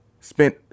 spent